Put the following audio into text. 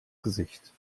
gesicht